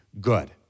good